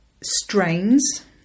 strains